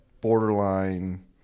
borderline